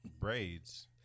braids